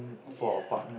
yes